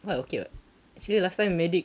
why okay [what] actually last time medic